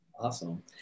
Awesome